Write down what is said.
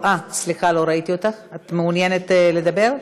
סליחה, לא ראיתי אותך, את מעוניינת לדבר?